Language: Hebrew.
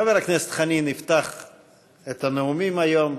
חבר הכנסת חנין יפתח את הנאומים היום,